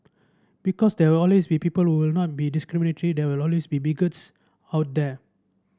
because there will always be people who will not be discriminatory there will always be bigots out there